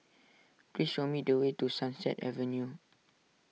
please show me the way to Sunset Avenue